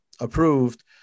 approved